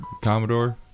Commodore